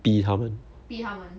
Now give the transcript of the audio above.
逼他们